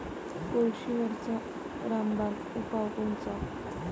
कोळशीवरचा रामबान उपाव कोनचा?